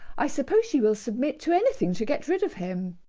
i suppose she will submit to anything to get rid of him.